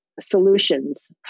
solutions